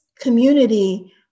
community